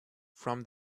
from